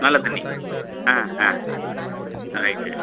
நல்லத் தண்ணி ஆ ஆ ரைட்டு